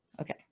Okay